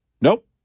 Nope